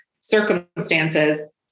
circumstances